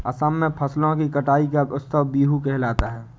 असम में फसलों की कटाई का उत्सव बीहू कहलाता है